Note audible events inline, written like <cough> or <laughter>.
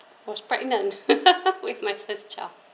was pregnant <laughs> with my first child